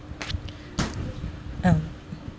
mm